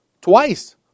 Twice